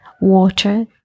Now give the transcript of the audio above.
Water